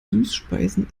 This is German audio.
süßspeisen